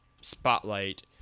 spotlight